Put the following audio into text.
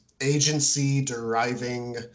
agency-deriving